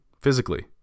physically